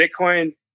Bitcoin